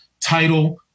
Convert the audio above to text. title